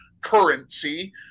currency